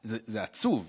זה עצוב.